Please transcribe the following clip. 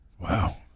Wow